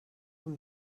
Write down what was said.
them